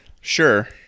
sure